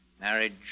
marriage